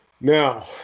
Now